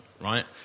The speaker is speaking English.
right